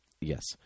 Yes